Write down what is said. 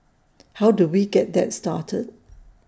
how do we get that started